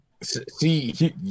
See